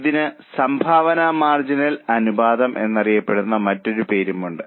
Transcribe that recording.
ഇതിന് സംഭാവന മാർജിൻ അനുപാതം എന്നറിയപ്പെടുന്ന മറ്റൊരു പേരുമുണ്ട്